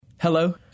Hello